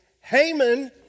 Haman